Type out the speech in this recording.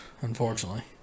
unfortunately